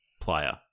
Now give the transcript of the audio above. player